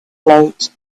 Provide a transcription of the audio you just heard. float